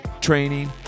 training